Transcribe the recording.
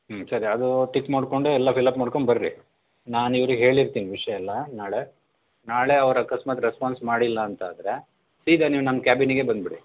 ಹ್ಞೂ ಸರಿ ಅದು ಟಿಕ್ ಮಾಡ್ಕೊಂಡು ಎಲ್ಲ ಫಿಲಪ್ ಮಾಡ್ಕೊಂಬರ್ರಿ ನಾನು ಇವ್ರಿಗೆ ಹೇಳಿರ್ತೀನಿ ವಿಷಯ ಎಲ್ಲ ನಾಳೆ ನಾಳೆ ಅವ್ರು ಅಕಸ್ಮಾತ್ ರೆಸ್ಪಾನ್ಸ್ ಮಾಡಿಲ್ಲಾಂತಾದ್ರೆ ಸೀದಾ ನೀವು ನನ್ನ ಕ್ಯಾಬಿನಿಗೆ ಬಂದುಬಿಡಿ